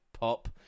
pop